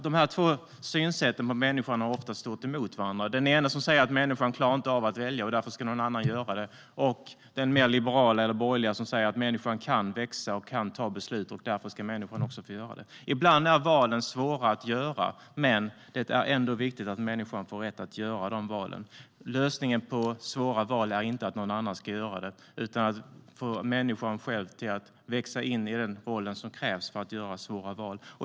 Dessa två synsätt på människan har ofta stått emot varandra. Den ena säger att människan inte klarar av att välja och att någon annan därför ska göra det, och den mer liberala - eller borgerliga - säger att människan kan växa och ta beslut och därför också ska få göra det. Ibland är valen svåra att göra, men det är ändå viktigt att människan får rätt att göra dem. Lösningen på svåra val är inte att någon annan ska göra dem, utan lösningen är att få människor själva att växa in i den roll som krävs för att göra svåra val.